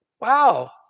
Wow